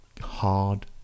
hard